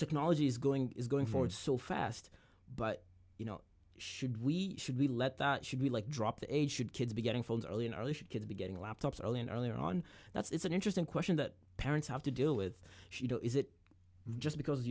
technology is going is going forward so fast but you know should we should we let that should be like drop the age should kids be getting phones early and early should kids be getting laptops early and earlier on that's it's an interesting question that parents have to deal with sheetal is it just because